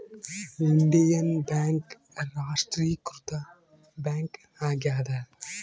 Indian bank ರಾಷ್ಟ್ರೀಕೃತ bank ಆಗ್ಯಾದ